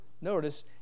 notice